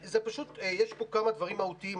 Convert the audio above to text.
יש פה כמה דברים מהותיים,